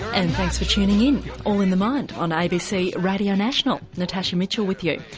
and thanks for tuning in all in the mind on abc radio national, natasha mitchell with you.